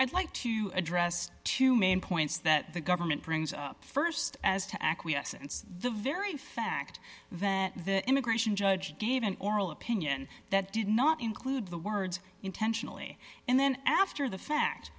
i'd like to address two main points that the government brings up st as to acquiescence the very fact that the immigration judge gave an oral opinion that did not include the words intentionally and then after the fact